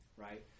right